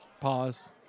Pause